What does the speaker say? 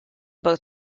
both